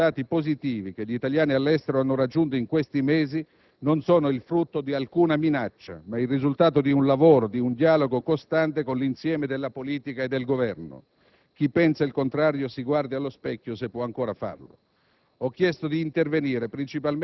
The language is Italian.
I pochi, ma significativi risultati positivi che gli italiani all'estero hanno raggiunto in questi mesi, non sono il frutto di alcuna minaccia, ma il risultato di un lavoro, di un dialogo costante con l'insieme della politica e del Governo. Chi pensa il contrario si guardi allo specchio, se può ancora farlo.